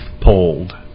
pulled